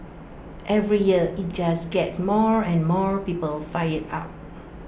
every year IT just gets more and more people fired up